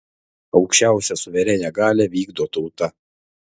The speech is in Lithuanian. aukščiausią suverenią galią vykdo tauta